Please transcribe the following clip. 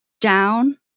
down